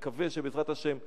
נקווה שבעזרת השם,